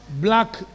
black